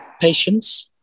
Patience